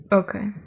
okay